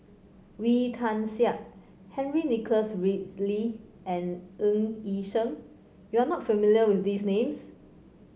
Wee Tian Siak Henry Nicholas Ridley and Ng Yi Sheng you are not familiar with these names